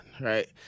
right